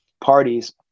parties